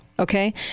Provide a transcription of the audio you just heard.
Okay